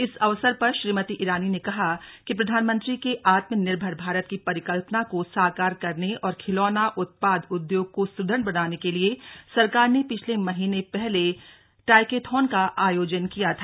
इस अवसर पर श्रीमती ईरानी ने कहा कि प्रधानमंत्री के आत्मनिर्भर भारत की परिकल्पना को साकार करने और खिलौना उत्पाद उदयोग को स्दृढ़ बनाने के लिए सरकार ने पिछले महीने पहले टॉयकेथॉन का आयोजन किया था